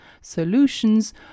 solutions